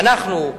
דרך אגב,